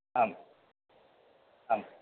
आम् आम्